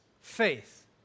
faith